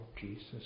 Jesus